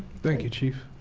thank you, chief.